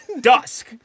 dusk